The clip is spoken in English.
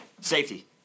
Safety